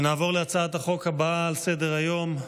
נעבור להצעת החוק הבאה על סדר-היום: